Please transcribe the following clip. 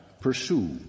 pursue